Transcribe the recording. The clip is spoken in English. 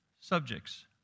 subjects